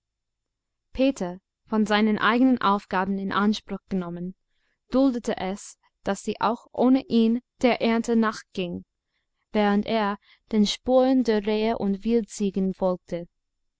peter von seinen eigenen aufgaben in anspruch genommen duldete es daß sie auch ohne ihn der ernte nachging während er den spuren der rehe und wildziegen folgte